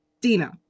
Dina